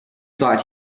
thought